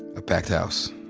a packed house.